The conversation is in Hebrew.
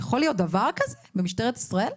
יכול להיות דבר כזה במשטרת ישראל?